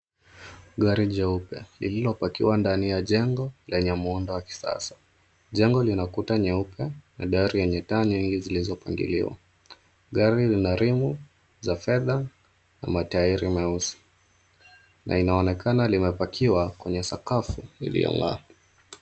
Gari jeupe lililopakiwa ndani ya jengo lenye muundo wa kisasa. Jengo lina kuta nyeupe na dari yenye taa nyingi zilizopangiliwa. Gari lina ream za fedha na mataili meusi na inaonekana limepakiwa kwenye sakafu iliyong'aa.